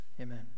amen